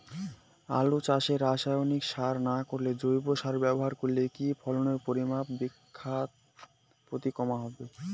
আলু চাষে রাসায়নিক সার না করে জৈব সার ব্যবহার করলে কি ফলনের পরিমান বিঘা প্রতি কম হবে?